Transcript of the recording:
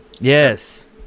Yes